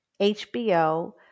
HBO